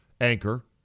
anchor